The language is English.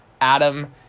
Adam